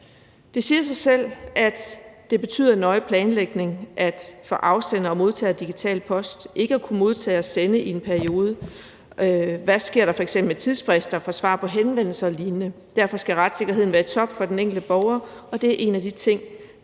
Det siger selv, at det betyder nøje planlægning for afsendere og modtagere af digital post ikke at kunne modtage og sende i en periode. Hvad sker der f.eks. med tidsfrister for svar på henvendelser og lignende? Derfor skal retssikkerheden være i top for den enkelte borger, og det er en af de ting,